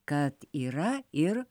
kad yra ir